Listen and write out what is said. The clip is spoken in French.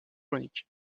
chronique